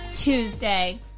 Tuesday